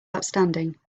outstanding